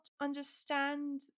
understand